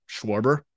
Schwarber